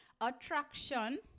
attraction